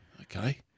Okay